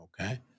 Okay